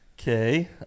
okay